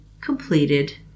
completed